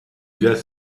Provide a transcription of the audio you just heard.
gars